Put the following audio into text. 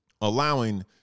allowing